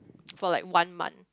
for like one month